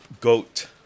goat